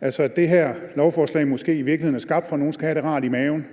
altså at det her lovforslag måske i virkeligheden er skabt for, at nogen skal have det rart i maven,